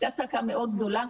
הייתה צעקה מאוד גדולה,